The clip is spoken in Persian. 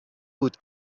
بود